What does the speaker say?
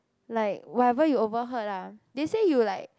like whatever you overheard ah they say you like